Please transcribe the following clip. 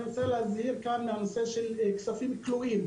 אני רוצה להזהיר כאן מהנושא של כספים כלואים.